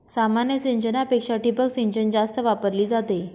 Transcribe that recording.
सामान्य सिंचनापेक्षा ठिबक सिंचन जास्त वापरली जाते